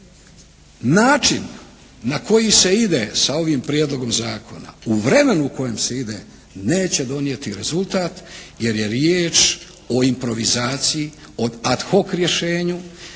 način na koji se ide sa ovim prijedlogom zakona u vremenu u kojem se ide neće donijeti rezultat jer je riječ o improvizaciji o ad hoc rješenju